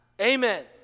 Amen